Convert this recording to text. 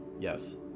yes